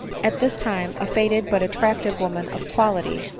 at this time a faded but attractive woman of quality,